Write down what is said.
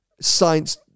Science